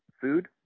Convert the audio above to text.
food